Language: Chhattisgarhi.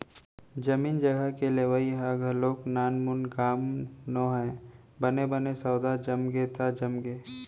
जमीन जघा के लेवई ह घलोक नानमून काम नोहय बने बने सौदा जमगे त जमगे